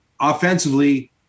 offensively